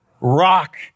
Rock